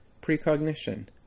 precognition